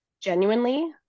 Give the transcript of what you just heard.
genuinely